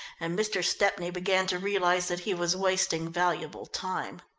and mr. stepney began to realise that he was wasting valuable time.